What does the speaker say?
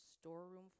storeroom